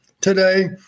today